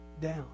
down